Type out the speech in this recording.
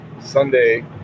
Sunday